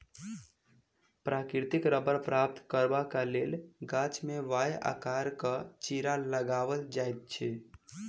प्राकृतिक रबड़ प्राप्त करबाक लेल गाछ मे वाए आकारक चिड़ा लगाओल जाइत अछि